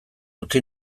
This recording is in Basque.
utzi